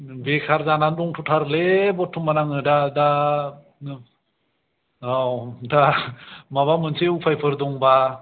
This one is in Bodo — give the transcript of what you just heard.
बेकार जानानै दंथ'थारोलै बर्ट'मान आङो दा औ दा माबा मोनसे उफायफोर दंबा